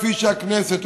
כמו הכנסת,